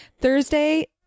Thursday